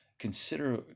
Consider